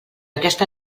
aquesta